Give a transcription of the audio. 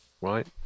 right